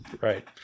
Right